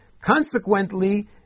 Consequently